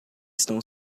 estão